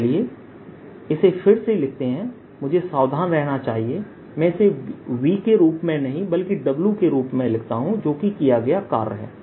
तो चलिए इसे फिर से लिखते हैं मुझे सावधान रहना चाहिए मैं इसे V के रूप में नहीं बल्कि W के रूप में लिखता हूं जो कि किया गया कार्य है